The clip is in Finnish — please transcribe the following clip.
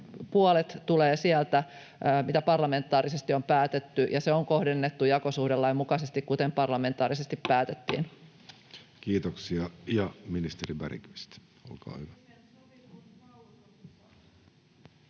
Puolet tulee sieltä, mitä parlamentaarisesti on päätetty, ja se on kohdennettu jakosuhdelain mukaisesti, kuten parlamentaarisesti päätettiin. [Speech